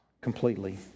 completely